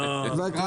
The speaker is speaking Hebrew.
אני